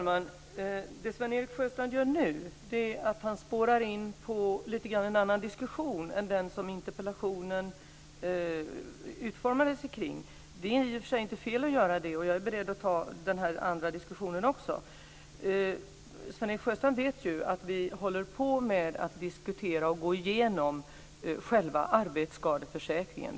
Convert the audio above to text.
Herr talman! Sven-Erik Sjöstrand spårar nu lite grann in på en annan debatt än den som interpellationen utformades kring. Det är i och för sig inte fel att göra det, och jag är beredd att ta den andra diskussionen också. Sven-Erik Sjöstrand vet ju att vi håller på att diskutera och gå igenom själva arbetsskadeförsäkringen.